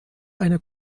eine